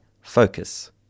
Focus